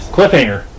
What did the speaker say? Cliffhanger